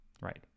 right